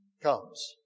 comes